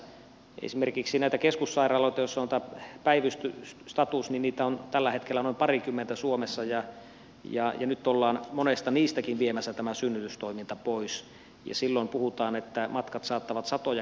esimerkiksi näitä keskussairaaloita joissa on tämä päivystysstatus on tällä hetkellä noin parikymmentä suomessa ja nyt ollaan niistäkin monesta viemässä tämä synnytystoiminta pois ja silloin puhutaan että matkat saattavat satoja kilometrejä kasvaa